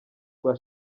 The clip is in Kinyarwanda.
rwa